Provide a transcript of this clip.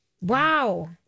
Wow